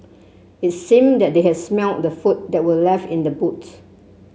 it seemed that they has smelt the food that were left in the boots